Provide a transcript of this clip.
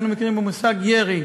אנחנו מכירים במושג ירי.